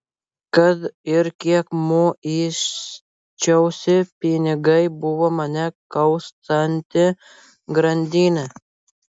kad ir kiek muisčiausi pinigai buvo mane kaustanti grandinė